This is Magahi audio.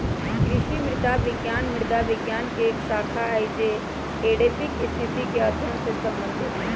कृषि मृदा विज्ञान मृदा विज्ञान के एक शाखा हई जो एडैफिक स्थिति के अध्ययन से संबंधित हई